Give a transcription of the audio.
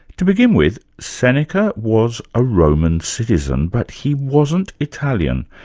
to begin with, seneca was a roman citizen, but he wasn't italian.